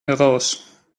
heraus